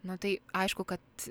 nu tai aišku kad